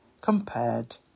compared